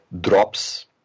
drops